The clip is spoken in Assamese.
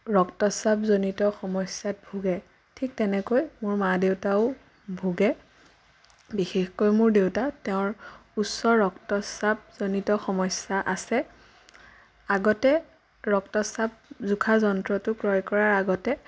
ৰক্তচাপজনিত সমস্যাত ভোগে ঠিক তেনেকৈ মোৰ মা দেউতাও ভোগে বিশেষকৈ মোৰ দেউতা তেওঁৰ উচ্চ ৰক্তচাপজনিত সমস্যা আছে আগতে ৰক্তচাপ জোখা যন্ত্ৰটো ক্ৰয় কৰাৰ আগতে